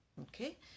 okay